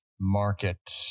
Market